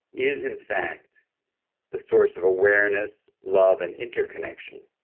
is in fact the source of awareness, love, and interconnection,